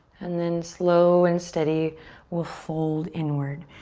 and then slow and steady we'll fold inward.